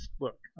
Look